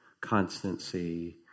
constancy